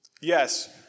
Yes